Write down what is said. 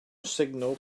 signal